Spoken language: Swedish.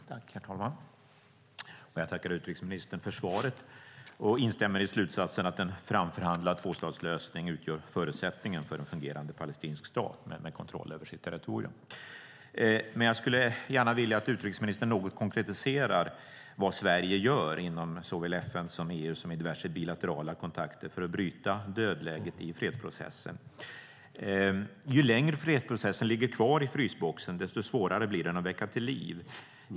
Herr talman! Jag tackar utrikesministern för svaret och instämmer i slutsatsen att en framförhandlad tvåstatslösning utgör förutsättningen för en fungerande palestinsk stat med kontroll över sitt territorium. Men jag skulle gärna vilja att utrikesministern något konkretiserar vad Sverige gör inom såväl FN och EU som i diverse bilaterala kontakter för att bryta dödläget i fredsprocessen. Ju längre fredsprocessen ligger kvar i frysboxen desto svårare blir den att väcka till liv.